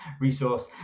resource